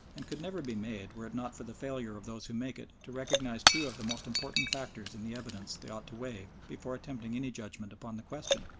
and could never be made were it not for the failure of those who make it to recognise two of the most important factors in the evidence they ought to weigh before attempting any judgment upon the question.